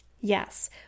Yes